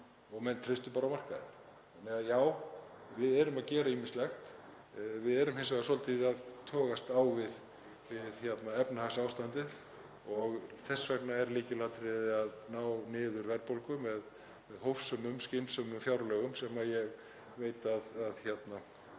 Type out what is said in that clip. og menn treystu bara á markaðinn. Þannig að já, við erum því að gera ýmislegt. Við erum hins vegar svolítið að togast á við efnahagsástandið. Þess vegna er lykilatriði að ná niður verðbólgu með hófsömum skynsamlegum fjárlögum sem ég veit að félagar